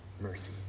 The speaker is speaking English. mercy